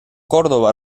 córdoba